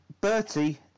Bertie